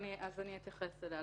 אני אתייחס אליה.